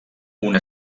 una